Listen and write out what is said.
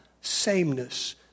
sameness